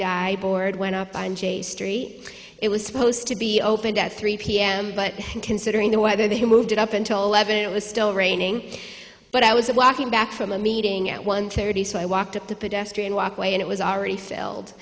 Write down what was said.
die board went up on j street it was supposed to be opened at three p m but considering the weather they moved it up until eleven it was still raining but i was walking back from a meeting at one thirty so i walked up the pedestrian walkway and it was already filled